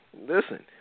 listen